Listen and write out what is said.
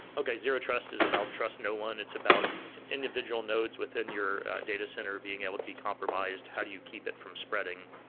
okay, zero-trust is about trust no one, it's about individual nodes within your data center being able to be compromised, how do you keep it from spreading?